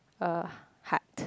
uh heart